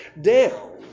down